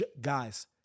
guys